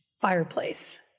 fireplace